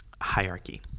hierarchy